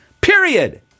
Period